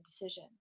decision